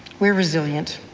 we are resilient.